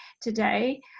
today